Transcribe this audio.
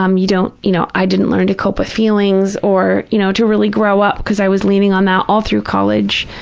um you don't, you know, i didn't learn to cope with feelings or, you know, to really grow up because i was leaning on that all through college,